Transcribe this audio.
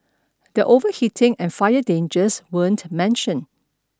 the overheating and fire dangers weren't mentioned